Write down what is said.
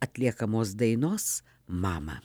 atliekamos dainos mama